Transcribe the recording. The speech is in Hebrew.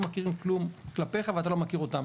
מכירים כלום כלפיך ואתה לא מכיר אותם,